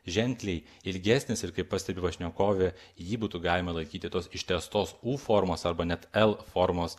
ženkliai ilgesnis ir kaip pastebi pašnekovė jį būtų galima laikyti tos ištęstos u formos arba net el formos